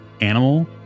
animal